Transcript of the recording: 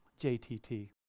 JTT